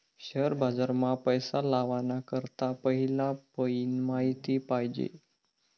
share बाजार मा पैसा लावाना करता पहिला पयीन माहिती पायजे